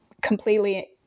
completely